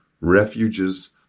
Refuges